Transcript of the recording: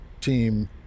team